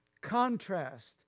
contrast